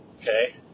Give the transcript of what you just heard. okay